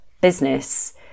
business